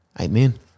Amen